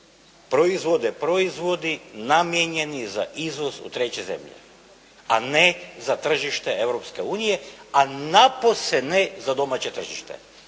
proizvode proizvodi namijenjeni za izvoz u treće zemlje, a ne za tržište Europske unije, a napose ne za domaće tržište,